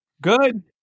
Good